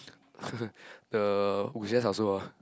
the Wu-Xia is also what